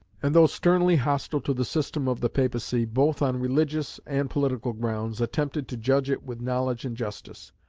and though sternly hostile to the system of the papacy, both on religious and political grounds, attempted to judge it with knowledge and justice.